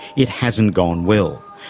it hasn't gone well.